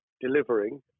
delivering